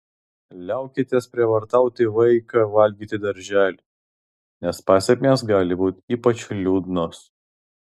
liaukitės prievartauti vaiką valgyti darželyje nes pasekmės gali būti ypač liūdnos